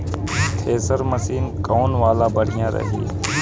Thresher machine कौन वाला बढ़िया रही?